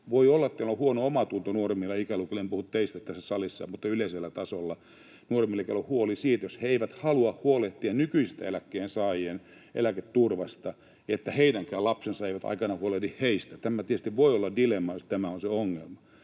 Voi olla, että teillä on huono omatunto nuoremmilla ikäluokilla — en puhu teistä tässä salissa, mutta yleisellä tasolla nuoremmilla ikäluokilla on huoli siitä, jos he eivät halua huolehtia nykyisten eläkkeensaajien eläketurvasta, että heidänkään lapsensa eivät aikanaan huolehdi heistä. Tämä tietysti voi olla dilemma, jos tämä on se ongelma.